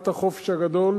תחילת החופש הגדול,